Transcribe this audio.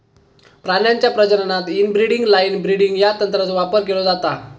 प्राण्यांच्या प्रजननात inbreeding line breeding या तंत्राचो वापर केलो जाता